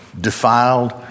defiled